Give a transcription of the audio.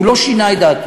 הוא לא שינה את דעתו.